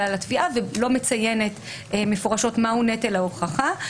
על התביעה ולא מציינת מפורשות מהו נטל ההוכחה.